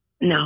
No